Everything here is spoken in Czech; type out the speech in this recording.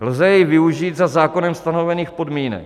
Lze jej využít za zákonem stanovených podmínek.